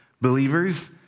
believers